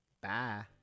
Bye